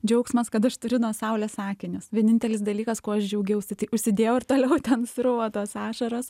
džiaugsmas kad aš turiu nuo saulės akinius vienintelis dalykas kuo aš džiaugiausi tik užsidėjau ir toliau ten srūva tos ašaros